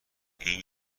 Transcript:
این